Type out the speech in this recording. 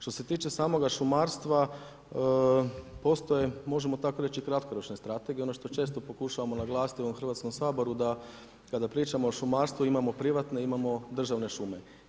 Što se tiče samog šumarstva, postoje možemo tako reći kratkoročne strategije, ono što često pokušavamo naglasiti u ovom Hrvatskom saboru da kada pričamo o šumarstvu, imamo privatne, imamo državne šume.